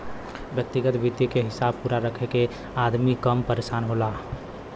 व्यग्तिगत वित्त क हिसाब पूरा रखे से अदमी कम परेसान होला